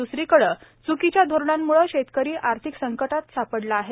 दुसरीकडे चूकीच्या धोरणांमुळे शेतकरी आर्थिक संकटात सापडला आहे